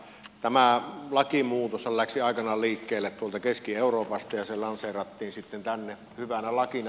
tämä lakimuutoshan lähti aikanaan liikkeelle keski euroopasta ja se lanseerattiin sitten tänne hyvänä lakina